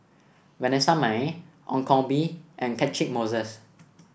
Vanessa Mae Ong Koh Bee and Catchick Moses